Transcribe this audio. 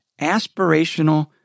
aspirational